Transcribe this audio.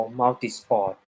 multi-sport